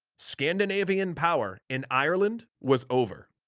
scandinavian power in ireland was over.